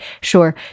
sure